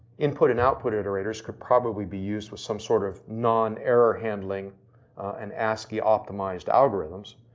input and output iterators could probably be used for some sort of non-air handling an ascii optimized algorithms.